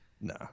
No